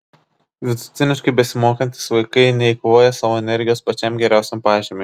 vidutiniškai besimokantys vaikai neeikvoja savo energijos pačiam geriausiam pažymiui